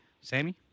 Sammy